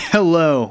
Hello